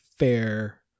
fair